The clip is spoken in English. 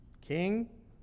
King